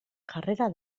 jarrera